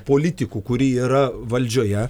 politikų kurie yra valdžioje